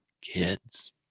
kids